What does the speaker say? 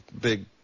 big